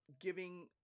giving